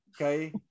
okay